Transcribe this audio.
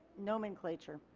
nomenclature.